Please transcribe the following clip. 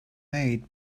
made